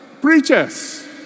preachers